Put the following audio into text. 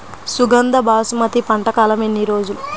సుగంధ బాసుమతి పంట కాలం ఎన్ని రోజులు?